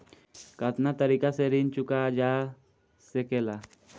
कातना तरीके से ऋण चुका जा सेकला?